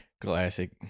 Classic